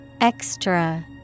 Extra